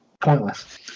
pointless